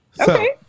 Okay